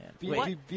Wait